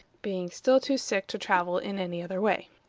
being still too sick to travel in any other way.